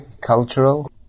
cultural